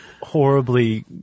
horribly